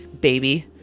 baby